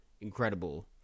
incredible